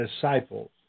disciples